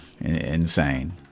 insane